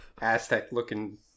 Aztec-looking